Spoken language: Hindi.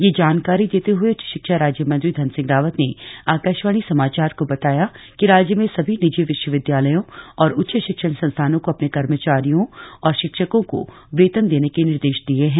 यह जानकारी देते हुए उच्च शिक्षा राज्य मंत्री धन सिंह रावत ने आकाशवाणी समाचार को बताया कि राज्य में सभी निजी विश्वविद्यालयों और उच्च शिक्षण संस्थानों को अपने कर्मचारियों और शिक्षकों को वेतन देने के निर्देश दिये है